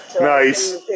Nice